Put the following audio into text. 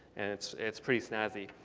and it's it's pretty snazzy.